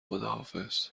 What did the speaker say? خداحافظ